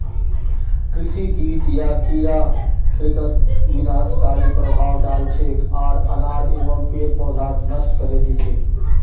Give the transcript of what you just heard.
कृषि कीट या कीड़ा खेतत विनाशकारी प्रभाव डाल छेक आर अनाज एवं पेड़ पौधाक नष्ट करे दी छेक